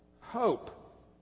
hope